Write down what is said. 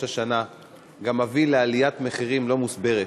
השנה גם מביא לעליית מחירים לא מוסברת.